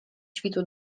świtu